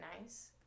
nice